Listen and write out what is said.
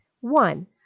One